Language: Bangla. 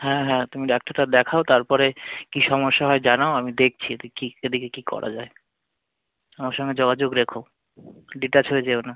হ্যাঁ হ্যাঁ তুমি ডাক্তারটা দেখাও তারপরে কী সমস্যা হয় জানাও আমি দেখছি এদিকে কী এদিকে কী করা যায় আমার সঙ্গে যোগাযোগ রেখো ডিটাচ হয়ে যেও না